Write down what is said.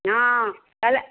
ହଁ ତା'ହେଲେ